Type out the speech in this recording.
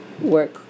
work